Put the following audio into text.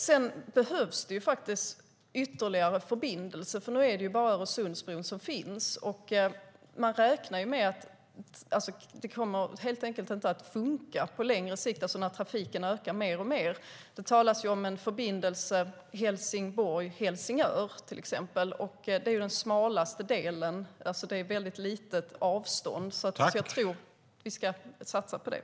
Det behövs ytterligare förbindelser. Nu finns bara Öresundsbron. Man räknar med att det helt enkelt inte kommer att funka på längre sikt när trafiken ökar mer och mer. Det talas om en förbindelse Helsingborg-Helsingör. Det är den smalaste delen med ett litet avstånd. Vi ska satsa på den.